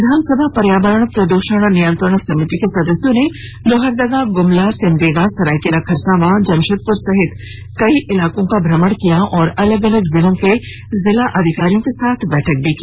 विधानसभा पर्यावरण प्रद्षण नियंत्रण समिति के सदस्यों ने लोहरदगा गुमला सिमडेगा सरायकेला खरसावां जमशेदपुर समेत कई इलाकों का भ्रमण किया और अलग अलग जिलों के जिला अधिकारियों के साथ बैठक भी की